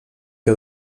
que